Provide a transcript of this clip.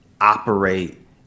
operate